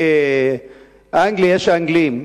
באנגליה יש אנגלים,